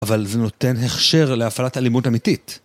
אבל זה נותן הכשר להפעלת אלימות אמיתית.